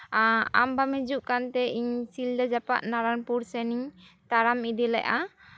ᱟᱢ ᱵᱟᱢ ᱦᱤᱡᱩᱜ ᱠᱟᱱᱛᱮ ᱤᱧ ᱥᱤᱞᱫᱟᱹ ᱡᱟᱯᱟᱜ ᱱᱟᱨᱟᱱᱯᱩᱨ ᱥᱮᱱᱤᱧ ᱛᱟᱲᱟᱢ ᱤᱫᱤ ᱞᱮᱫᱟ